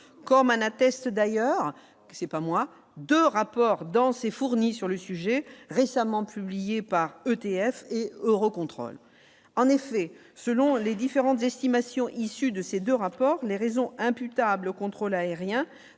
comme un atteste d'ailleurs c'est pas moins de rapport dans fourni sur le sujet, récemment publiés par EDF et Eurocontrol, en effet, selon les différentes estimations issues de ces 2 rapports, les raisons imputables au contrôle aérien